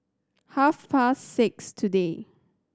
half past six today